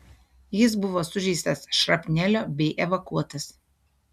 jis buvo sužeistas šrapnelio bei evakuotas